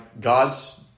God's